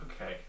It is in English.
Okay